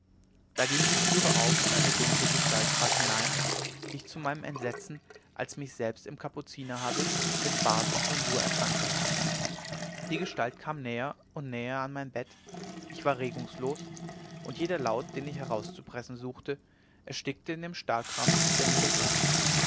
da ging die türe auf und eine dunkle gestalt trat hinein die ich zu meinem entsetzen als mich selbst im kapuzinerhabit mit bart und tonsur erkannte die gestalt kam näher und näher an mein bett ich war regungslos und jeder laut den ich herauszupressen suchte erstickte in dem starrkrampf der mich ergriffen